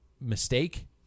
mistake